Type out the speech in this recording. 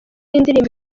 indirimbo